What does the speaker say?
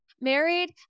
Married